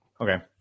Okay